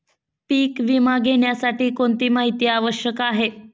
पीक विमा घेण्यासाठी कोणती माहिती आवश्यक आहे?